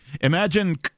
Imagine